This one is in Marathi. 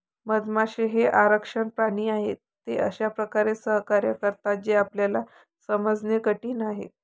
मधमाश्या हे आकर्षक प्राणी आहेत, ते अशा प्रकारे सहकार्य करतात जे आपल्याला समजणे कठीण आहे